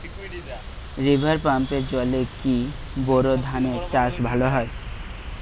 River পাম্পের জলে কি বোর ধানের চাষ ভালো হয়?